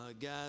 Guys